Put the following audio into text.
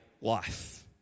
life